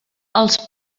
els